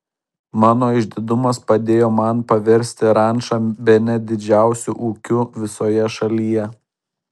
mano išdidumas padėjo man paversti rančą bene didžiausiu ūkiu visoje šalyje